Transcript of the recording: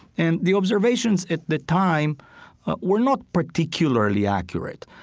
and the observations at the time were not particularly accurate.